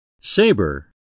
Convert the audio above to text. Sabre